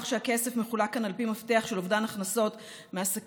שהכסף מחולק כאן על פי מפתח של אובדן הכנסות מעסקים,